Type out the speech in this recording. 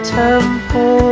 temple